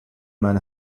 man